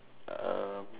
um